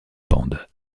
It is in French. bande